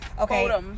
okay